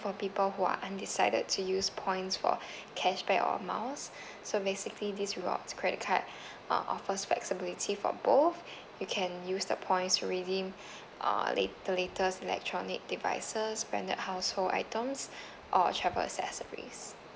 for people who are undecided to use points for cashback or miles so basically these rewards credit card uh offers flexibility for both you can use the points to redeem uh la~ the latest electronic devices branded household items or travel accessories